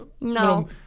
No